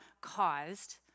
caused